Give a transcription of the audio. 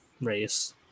race